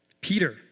Peter